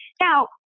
Now